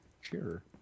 Sure